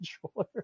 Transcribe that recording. controller